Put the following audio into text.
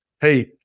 Hey